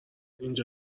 اینجا